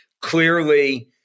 Clearly